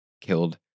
killed